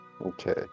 Okay